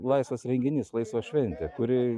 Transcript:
laisvas renginys laisva šventė kuri